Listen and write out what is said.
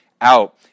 out